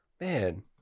man